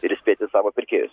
ir įspėti savo pirkėjus